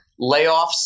layoffs